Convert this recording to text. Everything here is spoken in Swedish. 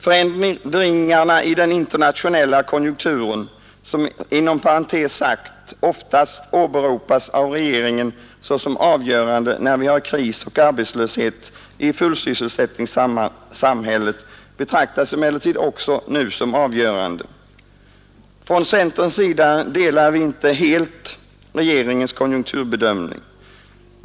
Förändringarna i den internationella konjunkturen, som inom parentes sagt oftast åberopas av regeringen såsom avgörande när vi har kris och arbetslöshet i fullsysselsättningssamhället, betraktas emellertid också nu som avgörande. Från centerns sida delar vi inte helt regeringens konjunkturbedömning.